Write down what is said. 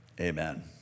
amen